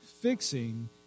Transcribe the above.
fixing